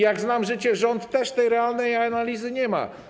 Jak znam życie, rząd też takiej realnej analizy nie ma.